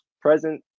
present